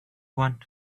want